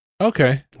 Okay